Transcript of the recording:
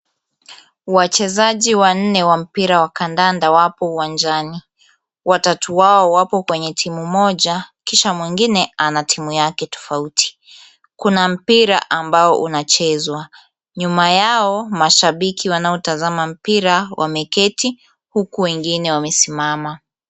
Wachezaji wanne wa mpira wa kandanda wapo uwanjani. Watatu wao wapo kwenye timu moja kisha mwingine ana timu yake tofauti. Kuna mpira ambao unachezwa nyuma yao mashabiki wanaotazama mpira wameketi huku wengine wamesimama.